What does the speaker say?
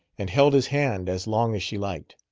and held his hand as long as she liked.